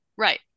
right